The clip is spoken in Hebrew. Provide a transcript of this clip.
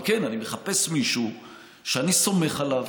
אבל כן, אני מחפש מישהו שאני סומך עליו,